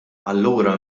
allura